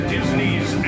Disney's